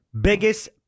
Biggest